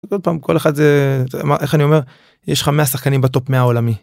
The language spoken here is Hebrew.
עוד פעם כל אחד, זה מה איך אני אומר יש לך 100 שחקנים בטופ 100 עולמי.